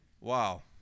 Wow